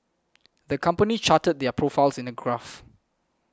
the company charted their profits in a graph